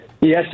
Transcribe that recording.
Yes